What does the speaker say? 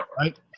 right